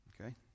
Okay